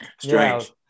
strange